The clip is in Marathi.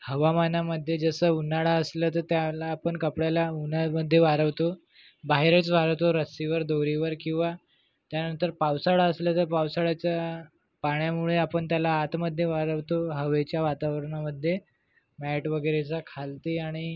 हवामानामध्ये जसं उन्हाळा असलं तर त्याला आपण कपड्याला उन्हामध्ये वाळवतो बाहेरच वाळवतो रस्सीवर दोरीवर किंवा त्यानंतर पावसाळा असलं तर पावसाळ्याच्या पाण्यामुळे आपण त्याला आतमध्ये वाळवतो हवेच्या वातावरणामध्ये मॅट वगैरेचा खालती आणि